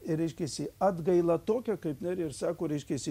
reiškiasi atgaila tokia kaip nerija ir sako reiškiasi